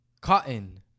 Cotton